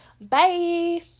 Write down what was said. bye